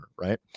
Right